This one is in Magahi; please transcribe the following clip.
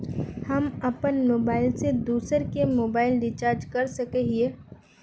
हम अपन मोबाईल से दूसरा के मोबाईल रिचार्ज कर सके हिये?